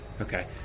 Okay